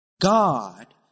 God